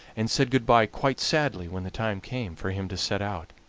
and said good-by quite sadly when the time came for him to set out.